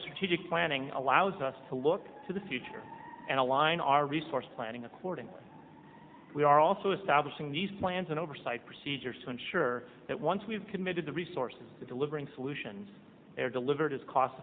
strategic planning allows us to look to the future and align our resource planning accordingly we are also establishing these plans and oversight procedures to ensure that once we've committed the resources to delivering solutions they're delivered as cost